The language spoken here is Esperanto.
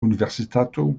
universitato